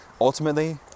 ultimately